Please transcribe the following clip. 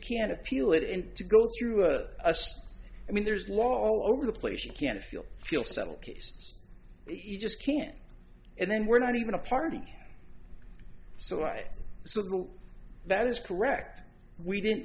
can't appeal it in to go through a i mean there's law all over the place you can feel feel settled case you just can't and then we're not even a party so i salute that is correct we didn't